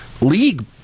league